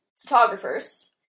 photographers